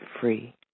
free